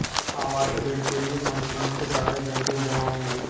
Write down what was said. आवासीय ऋण के लिए कौन कौन से कागज बैंक में जमा होंगे?